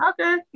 Okay